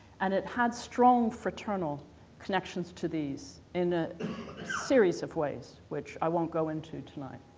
and it had strong fraternal connections to these in a series of ways which i won't go into tonight.